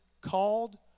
called